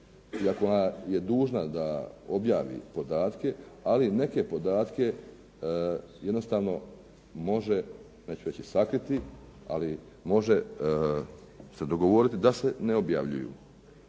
iako ona je dužna da objavi podatke, ali neke podatke jednostavno može neću reći sakriti, ali može se dogovoriti da se ne objavljuju.